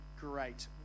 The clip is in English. great